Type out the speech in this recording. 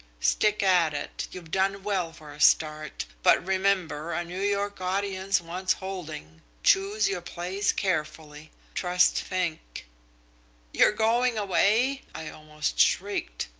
stick at it. you've done well for a start, but remember a new york audience wants holding. choose your plays carefully. trust fink you're going away i almost shrieked.